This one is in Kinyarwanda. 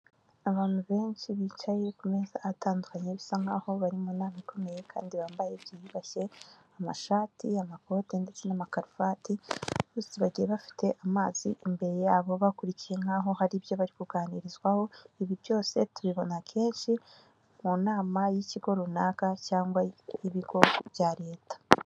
Abantu benshi bicaye ku meza atandukanye bisa nkaho bari mu nama ikomeye kandi bambaye byiyubashye, amashati, amakote ndetse n'amakaruvati bose bagiye bafite amazi imbere yabo bakurikiye nkaho hari ibyo bari kuganirizwaho, ibi byose tubibona kenshi mu nama y'ikigo runaka cyangwa ibigo bya leta.